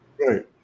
Right